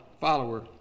follower